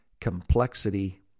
complexity